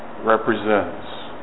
represents